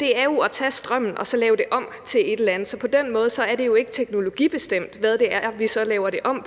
det, er at tage strømmen og så lave det om til et eller andet. Så på den måde er det jo ikke teknologibestemt, hvad det er, vi så laver det om til.